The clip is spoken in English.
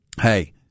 hey